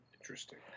interesting